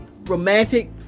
romantic